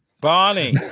Barney